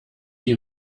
wie